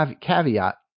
Caveat